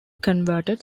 converted